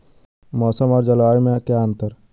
मौसम और जलवायु में क्या अंतर?